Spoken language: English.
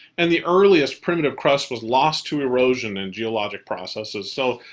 and the earliest primitive crust was lost to erosion and geologic processes. so,